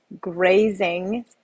grazing